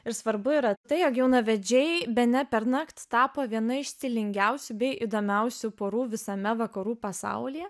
ir svarbu yra tai jog jaunavedžiai bene pernakt tapo viena iš stilingiausių bei įdomiausių porų visame vakarų pasaulyje